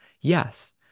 Yes